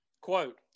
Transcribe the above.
Quote